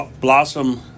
blossom